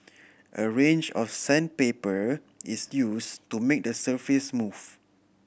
a range of sandpaper is used to make the surface smooth